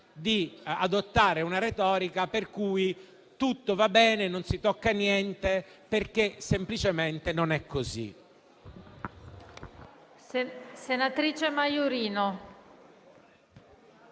di adottare una retorica per cui tutto va bene e non si tocca niente, perché semplicemente non è così.